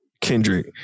Kendrick